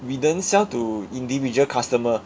we then sell to individual customer